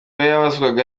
yabazwaga